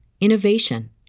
innovation